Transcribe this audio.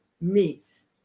meats